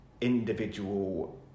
individual